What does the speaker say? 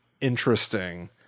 interesting